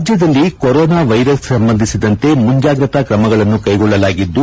ರಾಜ್ಯದಲ್ಲಿ corona virus ಸಂಬಂಧಿಸಿದಂತೆ ಮುಂಜಾಗ್ರತಾ ಕ್ರಮಗಳನ್ನು ಕೈಗೊಳ್ಳಲಾಗಿದ್ದು